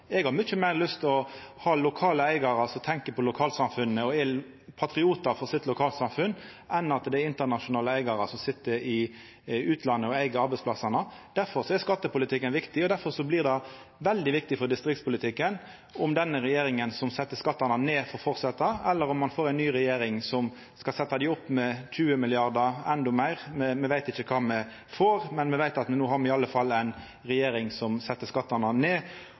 Eg har mykje meir lyst til å ha lokale eigarar som tenkjer på lokalsamfunnet og er patriotar for lokalsamfunnet sitt, enn at det er internasjonale eigarar som sit i utlandet og eig arbeidsplassane. Difor er skattepolitikken viktig, og difor blir det veldig viktig for distriktspolitikken om denne regjeringa, som set skattane ned, får fortsetja, eller om ein får ei ny regjering som skal setja dei opp med 20 mrd. kr eller endå meir. Me veit ikkje kva me får, men me veit at me no i alle fall har ei regjering som set skattane ned,